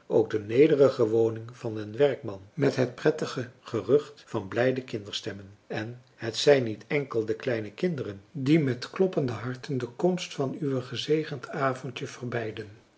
ook de nederige woning van den werkman met het prettige gerucht van blijde kinderstemmen françois haverschmidt familie en kennissen en het zijn niet enkel de kleine kinderen die met kloppende harten de komst van uw gezegend avondje verbeiden